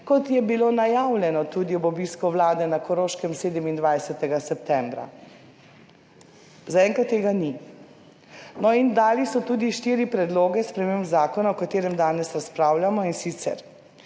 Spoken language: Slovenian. kot je bilo najavljeno tudi ob obisku Vlade na Koroškem 27. septembra. Zaenkrat tega ni. No, in dali so tudi štiri predloge sprememb zakona, o katerem danes razpravljamo, in sicer